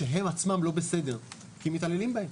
שהם עצמם לא בסדר, כי מתעללים בהם.